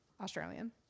australian